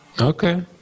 Okay